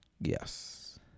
Yes